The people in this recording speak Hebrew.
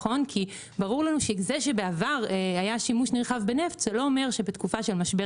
כי ברור לנו שזה שבעבר היה שימוש נרחב בנפט לא אומר שבתקופה של משבר